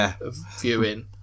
viewing